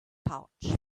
pouch